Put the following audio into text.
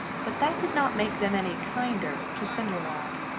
but that did not make them any kinder to cinderlad.